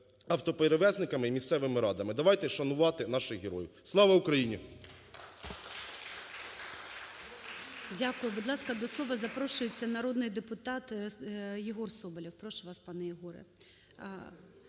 автоперевізниками і місцевими радами. Давайте шанувати наших героїв. Слава Україні!